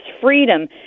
freedom